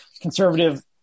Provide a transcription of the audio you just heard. conservative